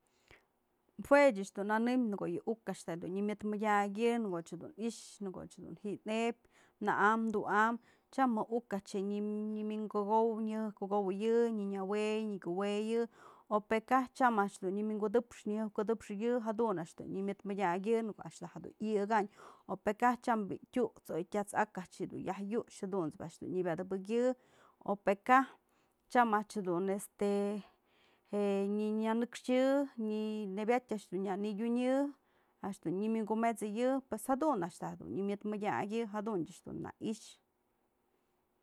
Jue ëch dun nënem në ko'o yë uk a'ax dun nyëmët mëdyakyë në ko'o dun i'ixë në ko'o dun ji'i ebyë në'am tu'am tyam mëjk uk a'ax wi'inkukow nyjajkukoweyi, nyënëwey nyukuweyë o pë tyam a'ax dun nyawëkutëpxëyë jadun a'ax dun nyëmëtmëdyakyë në ko'o a'ax dun yayëkanyë o pë kaj tyam bi'i tyu'uts o tyask a'ak du yaj yux jadunt's bi'i a'ax dun nyëbadubëkyë o pë kaj tyam a'ax jedun este je nyanënekxyë nebyajtë a'ax dun nyatunyë du nyëwi'inkumet'sëyi pos jadun a'ax da dun nyëmët mëdyakyë jadun ëch dun na i'ixë.